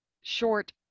short